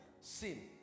Sin